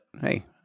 hey